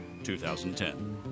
2010